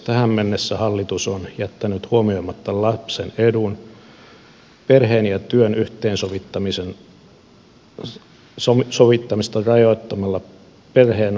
tähän mennessä hallitus on jättänyt huomioimatta lapsen edun perheen ja työn yhteensovittamisessa rajoittamalla perheen valinnanvapautta vanhempainvapaan jakamisessa